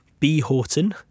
bhorton